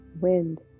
Wind